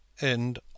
End